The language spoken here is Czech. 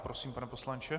Prosím, pane poslanče.